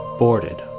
boarded